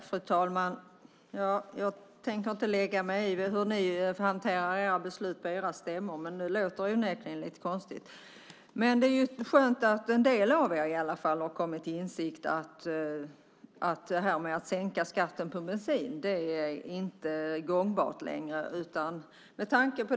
Fru talman! Jag tänker inte lägga mig i hur Moderaterna hanterar sina beslut på stämmorna, men det låter onekligen lite konstigt. Det är skönt att åtminstone en del av er kommit till insikt om att en sänkning av skatten på bensin inte längre är gångbar.